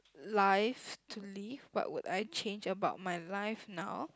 life to live what would I change about my life now